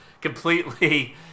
completely